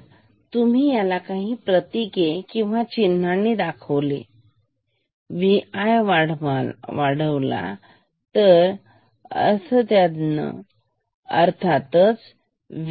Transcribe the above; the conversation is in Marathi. तरतुम्ही ह्याला काही प्रतीके किंवा चिन्हानी दाखवले जर Vi वाढवला तर अर्थातच